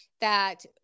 that-